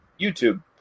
YouTube